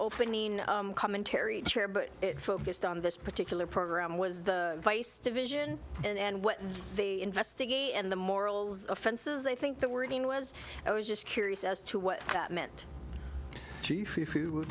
mean commentary chair but it focused on this particular program was the vice division and what they investigate and the morals offenses i think the wording was i was just curious as to what that meant